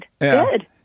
Good